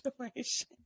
situation